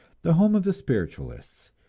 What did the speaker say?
the home of the spiritualists,